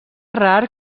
rar